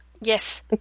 Yes